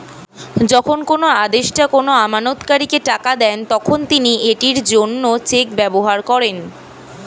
যখন কোনো আদেষ্টা কোনো আমানতকারীকে টাকা দেন, তখন তিনি এটির জন্য চেক ব্যবহার করেন